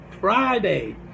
Friday